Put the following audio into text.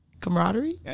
camaraderie